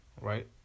Right